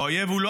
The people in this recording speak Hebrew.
והאויב הוא לא